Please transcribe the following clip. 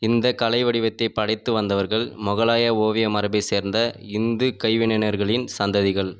இந்தக் கலை வடிவத்தைப் படைத்துவந்தவர்கள் முகலாய ஓவிய மரபைச் சேர்ந்த இந்துக் கைவினைஞர்களின் சந்ததிகள்